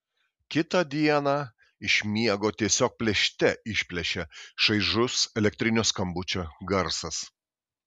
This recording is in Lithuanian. kitą dieną iš miego tiesiog plėšte išplėšia šaižus elektrinio skambučio garsas